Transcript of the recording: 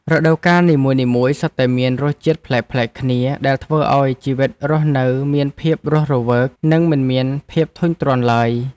រដូវកាលនីមួយៗសុទ្ធតែមានរសជាតិប្លែកៗគ្នាដែលធ្វើឱ្យជីវិតរស់នៅមានភាពរស់រវើក និងមិនមានភាពធុញទ្រាន់ឡើយ។